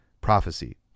prophecy